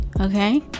okay